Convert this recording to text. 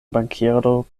bankiero